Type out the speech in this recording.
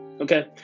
okay